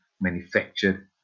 manufactured